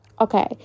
Okay